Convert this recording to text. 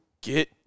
get